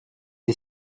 est